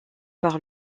par